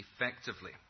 effectively